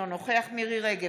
אינו נוכח מירי מרים רגב,